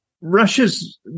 Russia's